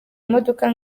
imodoka